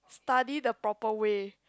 study the proper way